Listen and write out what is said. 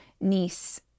niece